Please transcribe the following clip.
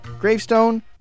gravestone